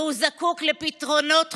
והוא זקוק לפתרונות חילוץ,